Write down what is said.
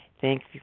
Thanks